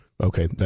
okay